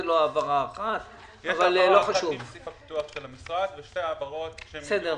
יש העברה אחת שהיא סעיף הפיתוח של המשרד ושתי העברות שהגיעו